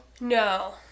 No